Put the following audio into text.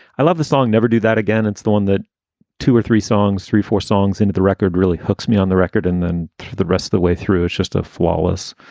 i love the song. never do that again. it's the one that two or three songs, three, four songs into the record really hooks me on the record. and then the rest of the way through, it's just a flawless